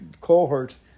cohorts